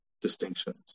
distinctions